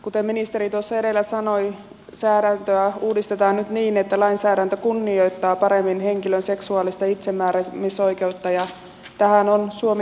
kuten ministeri tuossa edellä sanoi säädäntöä uudistetaan nyt niin että lainsäädäntö kunnioittaa paremmin henkilön seksuaalista itsemääräämisoikeutta ja tähän on suomi kansainvälisestikin sitoutunut